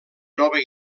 nova